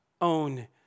own